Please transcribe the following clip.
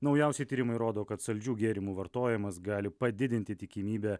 naujausi tyrimai rodo kad saldžių gėrimų vartojimas gali padidinti tikimybę